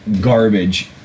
garbage